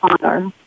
honor